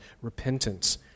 repentance